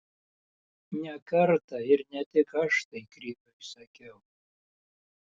ne kartą ir ne tik aš tai kriviui sakiau